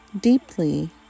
deeply